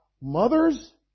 Mothers